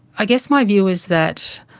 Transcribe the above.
i guess my view is that